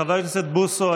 חבר הכנסת בוסו,